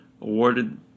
awarded